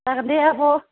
जागोन दे आब'